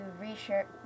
research